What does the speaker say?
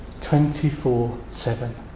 24-7